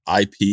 IP